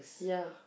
ya